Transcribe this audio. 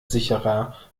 sicherer